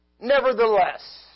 Nevertheless